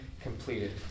completed